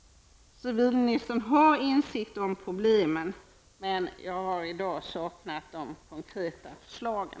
Civilministern har insikt om problemen, men jag har i dag tyvärr saknat de konkreta förslagen.